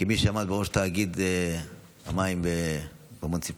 כמי שעמד בראש תאגיד המים במוניציפלי,